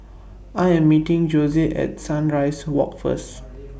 I Am meeting Josiah At Sunrise Walk First